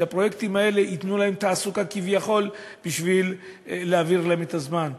כדי שהפרויקטים האלה ייתנו להם תעסוקה כביכול כדי להעביר להם את הזמן.